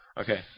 Okay